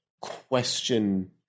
question